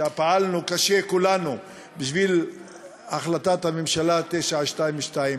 שפעלנו קשה, כולנו, בשביל החלטת הממשלה 922,